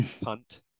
punt